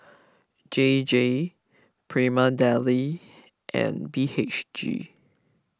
J J Prima Deli and B H G